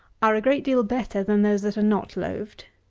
are a great deal better than those that are not loaved.